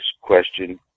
question